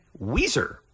Weezer